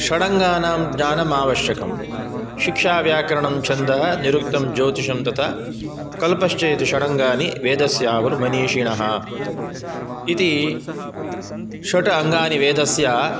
षडङ्गानां ज्ञानमावश्यकं शिक्षाव्याकरणं छन्दः निरुक्तं ज्योतिषं तथा कल्पश्चेति षडङ्गानि वेदस्याहुर्मनीषिणः इति षट् अङ्गानि वेदस्य